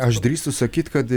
aš drįstu sakyt kad